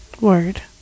Word